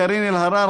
קארין אלהרר,